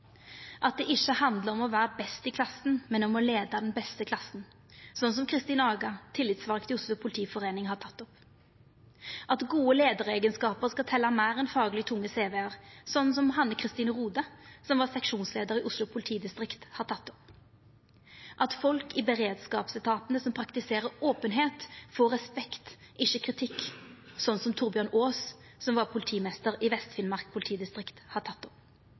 at det ikkje handlar om å vera best i klassen, men om å leia den beste klassen, som Kristin Aga, tillitsvald i Oslo politiforening, har teke opp, at gode leiareigenskapar skal telja meir enn fagleg tunge cv-ar, som Hanne Kristin Rohde, som var seksjonsleiar i Oslo politidistrikt, har teke opp, at folk i beredskapsetatane som praktiserer openheit, får respekt, ikkje kritikk, som Torbjørn Aas, som var politimeister i Vest-Finnmark politidistrikt, har